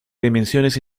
dimensiones